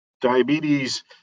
diabetes